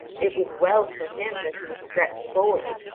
it was well for him that he was stretched forward,